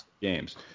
games